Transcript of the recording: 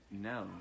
No